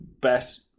best